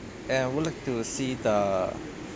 I would like to see the